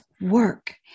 work